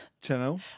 Channel